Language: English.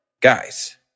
guys